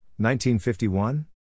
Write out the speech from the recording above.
1951